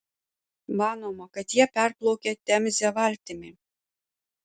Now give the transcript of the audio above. manoma kad jie perplaukė temzę valtimi